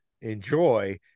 enjoy